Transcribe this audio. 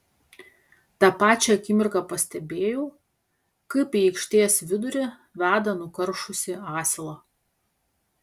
tą pačią akimirką pastebėjau kaip į aikštės vidurį veda nukaršusį asilą